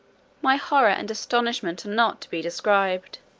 my horror and astonishment are not to be described,